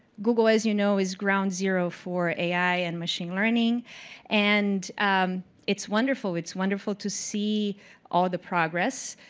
google, as you know, is ground zero for ai and machine learning and it's wonderful. it's wonderful to see all the progress.